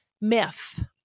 myth